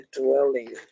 dwelling